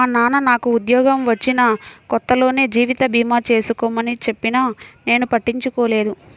మా నాన్న నాకు ఉద్యోగం వచ్చిన కొత్తలోనే జీవిత భీమా చేసుకోమని చెప్పినా నేను పట్టించుకోలేదు